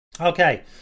Okay